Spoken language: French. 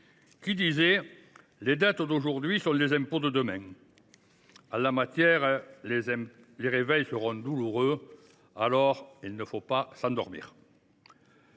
qui « les dettes d’aujourd’hui sont les impôts de demain ». En la matière, les réveils sont douloureux, alors mieux vaut ne pas s’endormir…